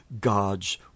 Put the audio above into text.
God's